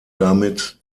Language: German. damit